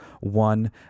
One